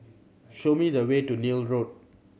show me the way to Neil Road